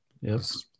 Yes